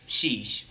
Sheesh